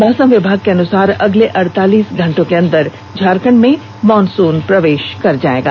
मौसम विभाग के अनुसार अगले अड़तालीस घंटे के अंदर झारखंड में मानसून प्रवेष कर जायेगा